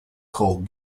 cold